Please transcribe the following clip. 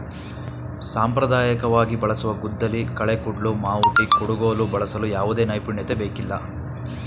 ಸಾಂಪ್ರದಾಯಿಕವಾಗಿ ಬಳಸುವ ಗುದ್ದಲಿ, ಕಳೆ ಕುಡ್ಲು, ಮಾವುಟಿ, ಕುಡುಗೋಲು ಬಳಸಲು ಯಾವುದೇ ನೈಪುಣ್ಯತೆ ಬೇಕಿಲ್ಲ